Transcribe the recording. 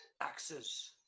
Axes